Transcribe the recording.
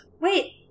Wait